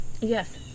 Yes